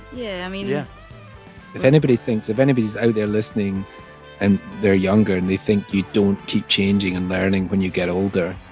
yeah. i mean. yeah if anybody thinks if anybody's out there listening and they're younger and they think you don't keep changing and learning when you get older,